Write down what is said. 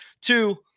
Two